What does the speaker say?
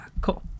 cool